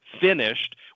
finished